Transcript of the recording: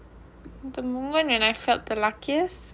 the the moment that I felt the luckiest